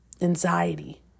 anxiety